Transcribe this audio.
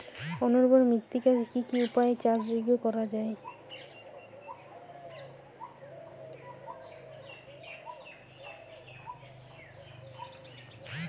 অনুর্বর মৃত্তিকাকে কি কি উপায়ে চাষযোগ্য করা যায়?